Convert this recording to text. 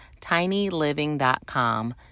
tinyliving.com